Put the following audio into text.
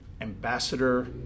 ambassador